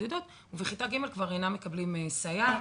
ובכיתה ג' כבר אינם מקבלים סייעת.